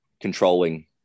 controlling